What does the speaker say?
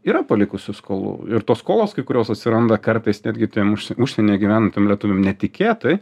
yra palikusių skolų ir tos skolos kai kurios atsiranda kartais netgi tiem už užsienyje gyvenantiem lietuviam netikėtai